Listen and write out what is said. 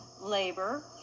labor